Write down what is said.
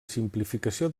simplificació